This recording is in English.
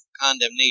condemnation